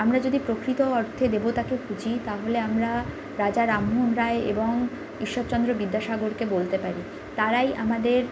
আমরা যদি প্রকৃত অর্থে দেবতাকে খুঁজি তাহলে আমরা রাজা রামমোহন রায় এবং ঈশ্বরচন্দ্র বিদ্যাসাগরকে বলতে পারি তারাই আমাদের